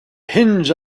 hinge